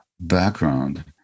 background